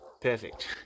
Perfect